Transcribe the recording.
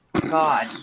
God